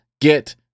get